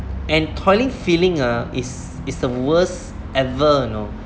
and toying feeling uh is is the worst ever you know